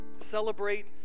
Celebrate